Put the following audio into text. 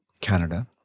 Canada